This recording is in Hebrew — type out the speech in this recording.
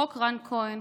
חוק רן כהן,